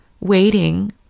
waiting